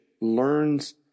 learns